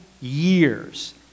years